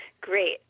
Great